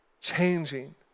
changing